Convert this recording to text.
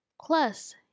Plus